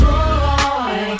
Boy